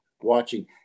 watching